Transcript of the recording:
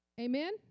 Amen